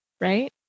Right